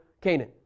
Canaan